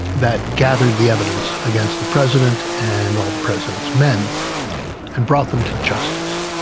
that gathered the evidence against the president and all the president's men and brought them to justice,